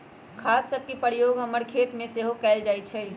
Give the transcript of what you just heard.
खाद सभके प्रयोग हमर खेतमें सेहो कएल जाइ छइ